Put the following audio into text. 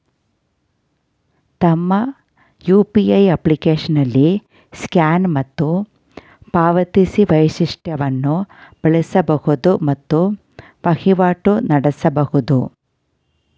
ತಮ್ಮ ಯು.ಪಿ.ಐ ಅಪ್ಲಿಕೇಶನ್ನಲ್ಲಿ ಸ್ಕ್ಯಾನ್ ಮತ್ತು ಪಾವತಿಸಿ ವೈಶಿಷ್ಟವನ್ನು ಬಳಸಬಹುದು ಮತ್ತು ವಹಿವಾಟು ನಡೆಸಬಹುದು